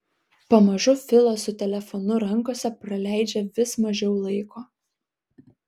pamažu filas su telefonu rankose praleidžia vis mažiau laiko